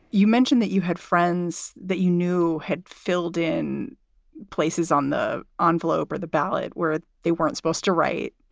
you mentioned that you had friends that you knew had filled in places on the ah envelope or the ballot where they weren't supposed to write.